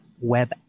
web